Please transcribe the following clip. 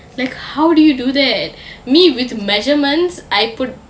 like how do you do that me with measurements I put